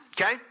Okay